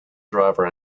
driver